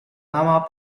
nama